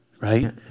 right